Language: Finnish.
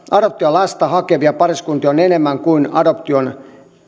adoptiolasta hakevia pariskuntia on enemmän kuin adoptioon